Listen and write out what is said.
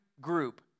group